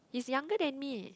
he's younger than me